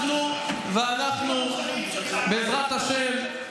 ובעזרת השם,